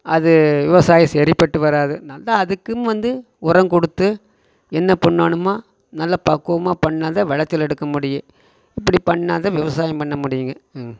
அது விவசாயம் சரிப்பட்டு வராது நல்லா அதுக்குனு வந்து உரம் கொடுத்து என்ன பண்ணணுமோ நல்லா பக்குவமாக பண்ணால் தான் விளைச்சல் எடுக்க முடியும் இப்படி பண்ணால் தான் விவசாயம் பண்ண முடியும்ங்க